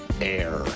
air